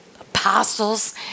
apostles